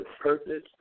purpose